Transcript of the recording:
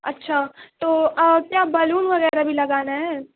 اچھا تو آپ کے یہاں بیلون وغیرہ بھی لگانا ہے